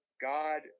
God